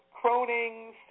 Croning